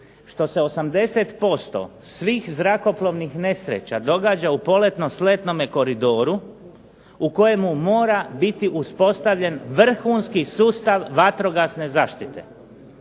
što se 80% svih zrakoplovnih nesreća događa u poletno-sletnome koridoru u kojemu mora biti uspostavljen vrhunski sustav vatrogasne zaštite.